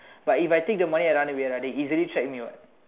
but if I take the money and run away right he can easily track me what